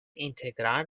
integral